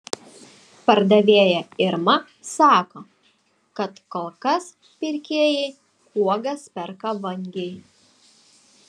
pardavėja irma sako kad kol kas pirkėjai uogas perka vangiai